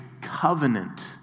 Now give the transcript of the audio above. covenant